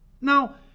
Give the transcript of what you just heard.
Now